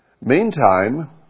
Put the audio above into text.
Meantime